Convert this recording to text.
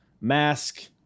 mask